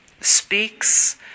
speaks